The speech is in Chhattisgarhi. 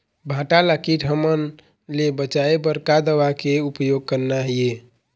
भांटा ला कीट हमन ले बचाए बर का दवा के उपयोग करना ये?